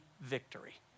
victory